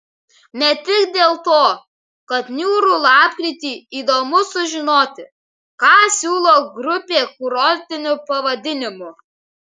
ne tik dėl to kad niūrų lapkritį įdomu sužinoti ką siūlo grupė kurortiniu pavadinimu